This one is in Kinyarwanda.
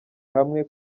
hamwe